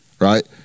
Right